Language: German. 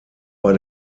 bei